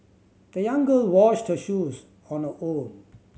the young girl washed her shoes on her own